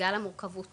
המורכבות